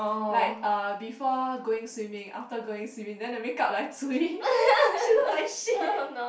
like uh before going swimming after going swimming then the makeup like cui she look like shit